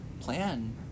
plan